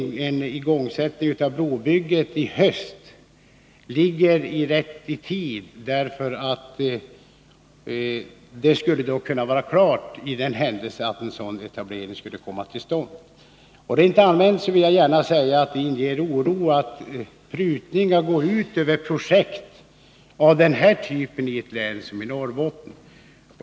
En igångsättning av brobygget i höst ligger rätt i tiden, därför att bygget då skulle vara klart i händelse av att en sådan etablering kommer till stånd. Rent allmänt vill jag gärna säga att det inger oro att prutningar går ut över projekt av den här typen i ett län som Norrbotten.